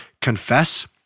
confess